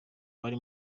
bari